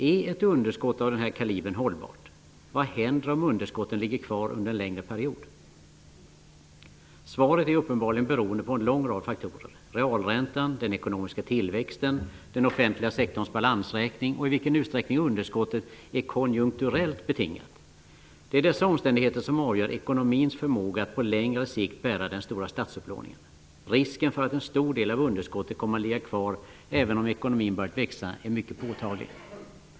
Är ett underskott av den här kalibern hållbart? Vad händer om underskotten ligger kvar under en längre period? Svaret är uppenbarligen beroende på en lång rad faktorer: realräntan, den ekonomiska tillväxten, den offentliga sektorns balansräkning och i vilken utsträckning underskottet är konjunkturellt betingat. Det är dessa omständigheter som avgör ekonomins förmåga att på längre sikt bära den stora statsupplåningen. Risken för att en stor del av underskottet kommer att ligga kvar även om ekonomin börjar växa är mycket påtaglig.